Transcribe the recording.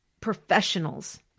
professionals